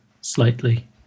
slightly